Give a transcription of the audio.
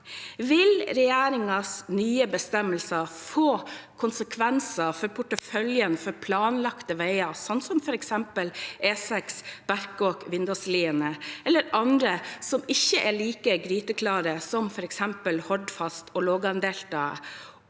Vil regjeringens nye bestemmelser få konsekvenser for porteføljen for planlagte veier, som f.eks. E6 Berkåk–Vindåsliene, eller andre som ikke er like gryteklare, som f.eks. Hordfast og Lågendeltaet?